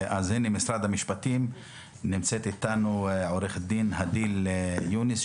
מטעם משרד המשפטים נמצאת אתנו עו"ד הדיל יונס,